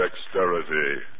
dexterity